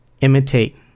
Imitate